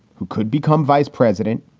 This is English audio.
who could become vice president,